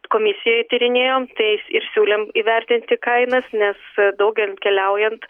komisijoj tyrinėjom tais ir siūlėm įvertinti kainas nes daugel keliaujant